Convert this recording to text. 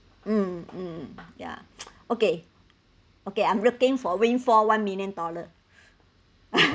mm yeah okay okay I'm looking for a for one million dollars